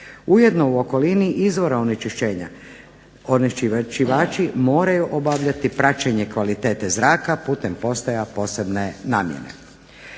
Ujedno u okolini izvora onečišćenja, onečišćivači moraju obavljati praćenje kvalitete zraka putem postaja posebne namjene.